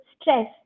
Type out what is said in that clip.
stress